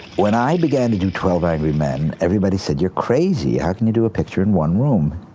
when i began to do twelve angry men everybody said, you're crazy. ah can you do a picture in one room?